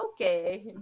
Okay